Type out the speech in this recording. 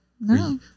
No